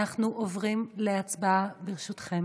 אנחנו עוברים להצבעה, ברשותכם.